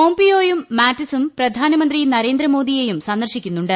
പോംപിയോയും മാറ്റിസും പ്രധാനമന്ത്രി നരേന്ദ്രമോദിയെയും സന്ദർശിക്കുന്നുണ്ട്